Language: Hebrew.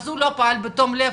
אז הוא לא פעל בתום לב,